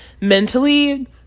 mentally